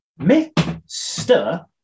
Mr